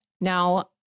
Now